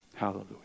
hallelujah